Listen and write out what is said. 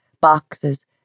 boxes